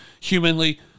humanly